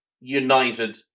United